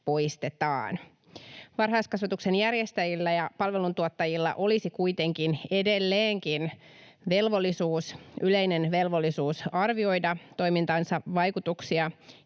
poistetaan. Varhaiskasvatuksen järjestäjillä ja palveluntuottajilla olisi kuitenkin edelleenkin velvollisuus, yleinen velvollisuus, arvioida toimintansa vaikutuksia